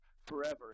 forever